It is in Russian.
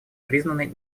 признаны